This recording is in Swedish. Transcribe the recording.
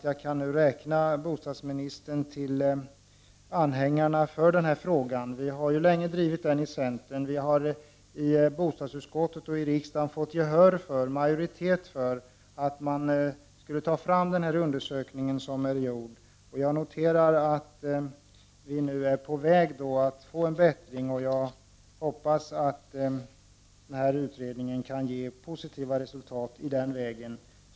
Jag kan nu räkna bostadsministern till anhängarna av denna fråga. Vi i centern har drivit den länge. Vi har både i bostadsutskottet och i riksdagen fått majoritet för att man skall ta fram en undersökning, som nu är gjord. Vi är på väg att få en bättring. Jag hoppas att utredningen ger positiva resultat i detta avseende.